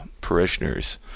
parishioners